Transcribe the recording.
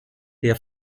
der